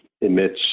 emits